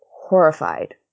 horrified